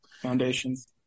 foundations